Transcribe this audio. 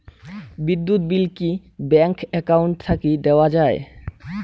বিদ্যুৎ বিল কি bank account থাকি দেওয়া য়ায়?